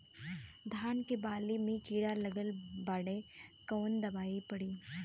धान के बाली में कीड़ा लगल बाड़े कवन दवाई पड़ी?